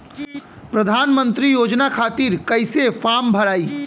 प्रधानमंत्री योजना खातिर कैसे फार्म भराई?